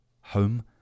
home